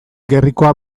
gerrikoa